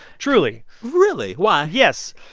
truly really? why? yes.